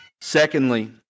Secondly